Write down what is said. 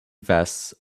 vests